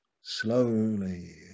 Slowly